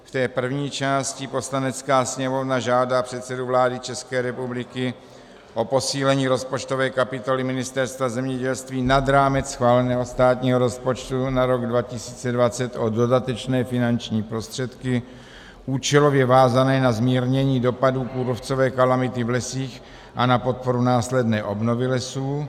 V té první části Poslanecká sněmovna žádá předsedu vlády České republiky o posílení rozpočtové kapitoly Ministerstva zemědělství nad rámec schváleného státního rozpočtu na rok 2020 o dodatečné finanční prostředky účelově vázané na zmírnění dopadu kůrovcové kalamity v lesích a na podporu následné obnovy lesů.